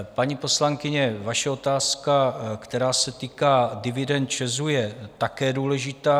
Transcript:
Paní poslankyně, vaše otázka, která se týká dividend ČEZu, je také důležitá.